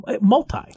multi